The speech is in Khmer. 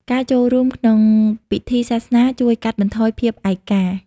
ការចូលរួមក្នុងពិធីសាសនាជួយកាត់បន្ថយភាពឯកា។